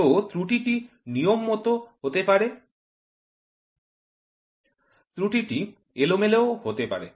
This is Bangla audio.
তো ত্রুটিটি নিয়মমতো হতে পারে ত্রুটি এলোমেলো ও হতে পারে